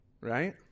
Right